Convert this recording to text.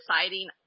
deciding